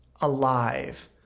alive